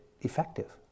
effective